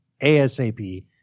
ASAP